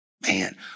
Man